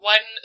One